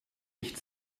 nicht